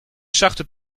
charte